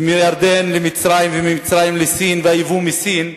ומירדן למצרים, וממצרים לסין, והיבוא מסין,